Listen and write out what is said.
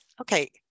Okay